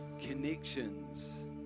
connections